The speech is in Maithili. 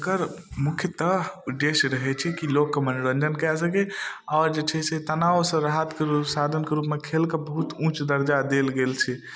जकर मुख्यतः उद्देश्य रहै छै कि लोकके मनोरञ्जन कऽ सकै आओर जे छै से तनावसँ राहतके रूपसँ साधनके रूपमे खेलके बहुत उँच दर्जा देल गेल छै